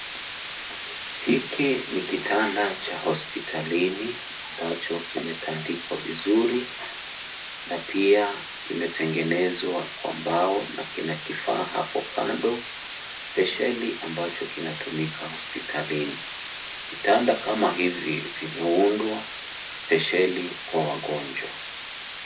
Hiki ni kitanda cha hospitini ambacho kimetandikwa vizuri na pia kimetengenezwa kwa mbao na kina kifaa hapo kando spesheli ambacho kinatumika hospitalini , kitanda kama hivi vimeundwa spesheli kwa wagonjwa.